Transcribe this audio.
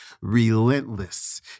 relentless